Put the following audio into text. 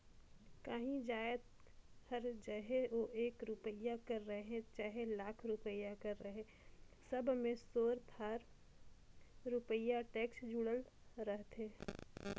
काहीं जाएत हर चहे ओ एक रूपिया कर रहें चहे लाख रूपिया कर रहे सब में थोर थार रूपिया टेक्स जुड़ल रहथे